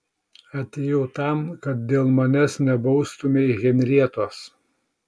atėjau tam kad dėl manęs nebaustumei henrietos